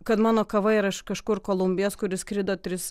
kad mano kava yra iš kažkur kolumbijos kuri skrido tris